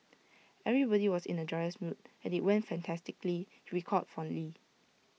everybody was in A joyous mood and IT went fantastically he recalled fondly